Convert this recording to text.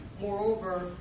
Moreover